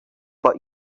but